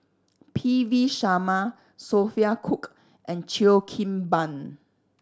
P V Sharma Sophia Cooke and Cheo Kim Ban